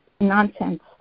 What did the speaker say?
nonsense